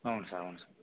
అవును సార్ అవును సార్